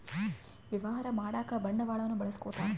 ವ್ಯವಹಾರ ಮಾಡಕ ಬಂಡವಾಳನ್ನ ಬಳಸ್ಕೊತಾರ